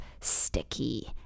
sticky